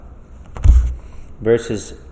Verses